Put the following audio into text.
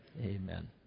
Amen